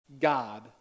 God